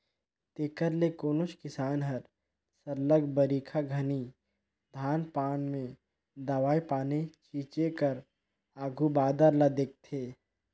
तेकर ले कोनोच किसान हर सरलग बरिखा घनी धान पान में दवई पानी छींचे कर आघु बादर ल देखथे